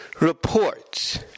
reports